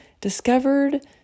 discovered